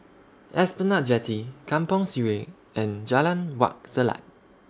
Esplanade Jetty Kampong Sireh and Jalan Wak Selat